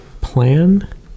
plan